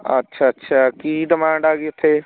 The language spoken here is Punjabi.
ਅੱਛਾ ਅੱਛਾ ਕੀ ਡਿਮਾਂਡ ਆ ਗਈ ਉੱਥੇ